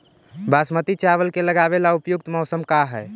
बासमती चावल के लगावे ला उपयुक्त मौसम का है?